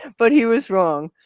but he was wrong.